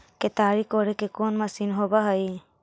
केताड़ी कोड़े के कोन मशीन होब हइ?